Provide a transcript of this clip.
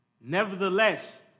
Nevertheless